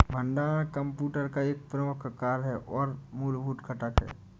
भंडारण कंप्यूटर का एक मुख्य कार्य और मूलभूत घटक है